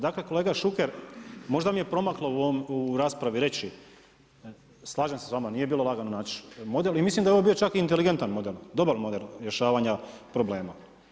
Dakle kolega Šuker, možda mi je promaklo u raspravi reći, slažem se s vama nije bilo lagano nać model i mislim da je ovo bio čak i inteligentan model, dobar model rješavanja problema.